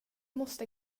måste